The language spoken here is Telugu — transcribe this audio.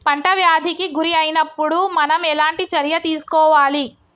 పంట వ్యాధి కి గురి అయినపుడు మనం ఎలాంటి చర్య తీసుకోవాలి?